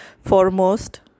foremost